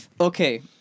Okay